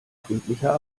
friedlicher